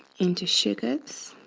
into sugars.